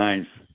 nice